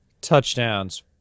Touchdowns